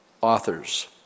authors